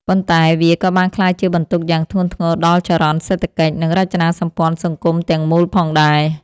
ប៉ុន្តែវាក៏បានក្លាយជាបន្ទុកយ៉ាងធ្ងន់ធ្ងរដល់ចរន្តសេដ្ឋកិច្ច និងរចនាសម្ព័ន្ធសង្គមទាំងមូលផងដែរ។